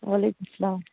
وعلیکُم السلام